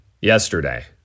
yesterday